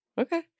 Okay